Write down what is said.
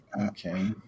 Okay